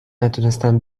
نتونستم